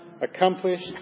accomplished